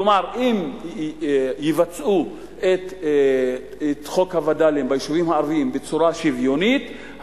כלומר אם יבצעו את חוק הווד”לים ביישובים הערביים בצורה שוויונית,